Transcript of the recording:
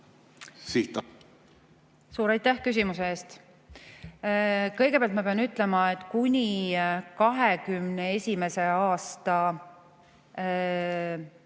tõusma. Suur aitäh küsimuse eest! Kõigepealt ma pean ütlema, et kuni 2021. aasta